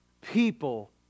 people